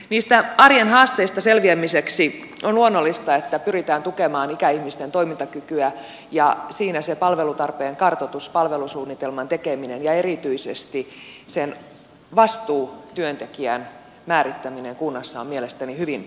niistä arjen haasteista selviämiseksi on luonnollista että pyritään tukemaan ikäihmisten toimintakykyä ja siinä se palvelutarpeen kartoitus palvelusuunnitelman tekeminen ja erityisesti sen vastuutyöntekijän määrittäminen kunnassa on mielestäni hyvin tärkeää